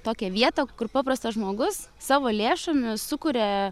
tokią vietą kur paprastas žmogus savo lėšomis sukuria